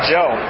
Joe